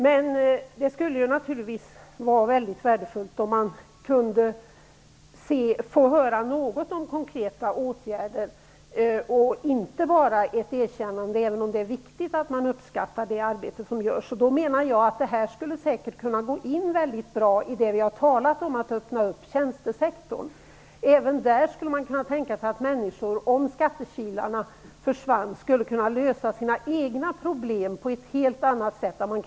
Men det skulle ju naturligtvis vara väldigt värdefullt om man kunde få höra något om konkreta åtgärder och att man inte bara ger ett erkännande, även om det är viktigt att man uppskattar det arbete som utförs. Jag menar att detta skulle passa in väldigt bra i det som vi har talat om, nämligen att öppna upp tjänstesektorn. Även där skulle man kunna tänka sig att människor, om skattekilarna försvann, skulle kunna lösa sina egna problem på ett helt annat sätt än i dag.